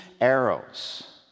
arrows